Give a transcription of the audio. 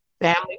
family